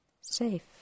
safe